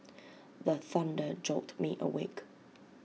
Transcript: the thunder jolt me awake